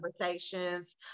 conversations